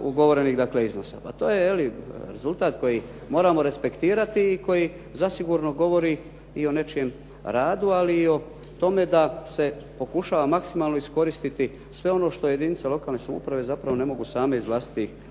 ugovorenih dakle iznosa. Pa to je, je li rezultat koji moramo respektirati i koji zasigurno govori i o nečijem radu, ali i o tome da se pokušava maksimalno iskoristiti sve ono što jedinice lokalne samouprave zapravo ne mogu same iz